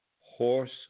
horse